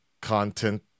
content